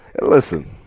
Listen